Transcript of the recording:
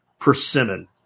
persimmon